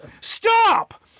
Stop